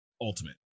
ultimate